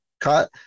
cut